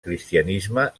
cristianisme